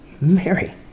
Mary